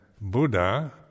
Buddha